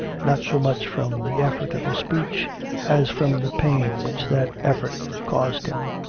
not so much from the effort of his speech as from the pain which that effort caused him.